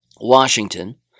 Washington